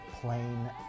plain